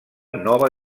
nova